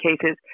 cases